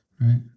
Right